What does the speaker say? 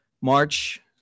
March